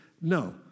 No